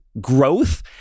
growth